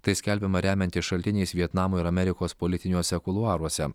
tai skelbiama remiantis šaltiniais vietnamo ir amerikos politiniuose kuluaruose